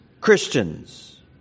Christians